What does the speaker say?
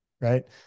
right